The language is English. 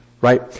right